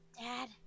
Dad